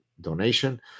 donation